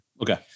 okay